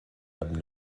have